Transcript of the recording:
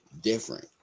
different